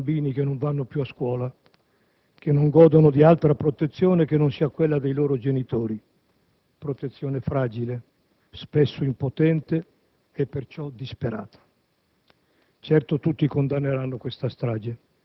e elettricità, bambini che non vanno più a scuola, che non godono di altra protezione che non sia quella dei loro genitori, protezione fragile, spesso impotente e perciò disperata.